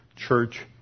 church